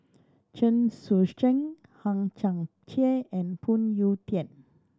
Chen Sucheng Hang Chang Chieh and Phoon Yew Tien